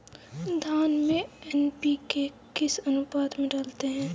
धान में एन.पी.के किस अनुपात में डालते हैं?